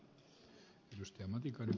arvoisa puhemies